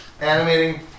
Animating